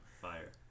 fire